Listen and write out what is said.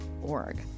org